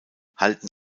halten